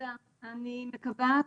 תודה רבה.